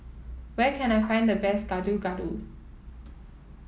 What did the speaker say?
where can I find the best Gado Gado